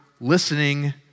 listening